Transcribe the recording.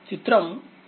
చిత్రం 4